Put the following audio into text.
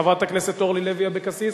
חברת הכנסת אורלי לוי אבקסיס